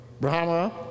Brahma